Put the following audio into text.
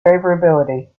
favorability